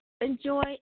enjoy